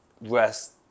rest